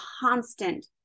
constant